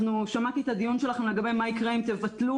שמעתי את הדיון שלכם לגבי מה יקרה אם תבטלו